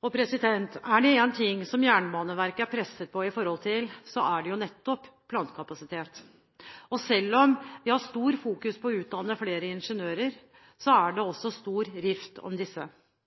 Er det én ting som Jernbaneverket er presset på, er det plankapasitet. Selv om vi har stor fokusering på å utdanne flere ingeniører, er det også stor rift om disse